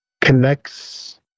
connects